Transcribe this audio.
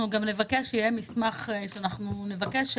אנחנו גם נבקש שיהיה מסמך שאנחנו נבקש,